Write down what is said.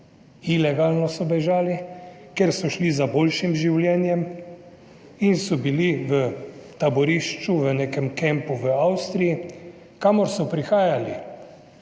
ilegalno so bežali, ker so šli za boljšim življenjem in so bili v taborišču v nekem kampu v Avstriji, kamor so prihajali